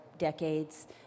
Decades